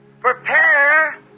prepare